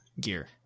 gear